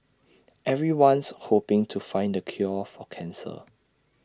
everyone's hoping to find the cure for cancer